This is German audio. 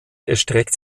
erstreckt